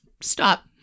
stop